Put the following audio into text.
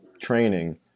training